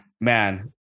man